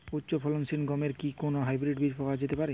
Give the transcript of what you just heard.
উচ্চ ফলনশীল গমের কি কোন হাইব্রীড বীজ পাওয়া যেতে পারে?